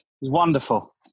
wonderful